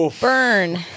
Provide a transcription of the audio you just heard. Burn